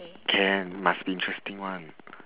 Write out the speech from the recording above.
can must interesting one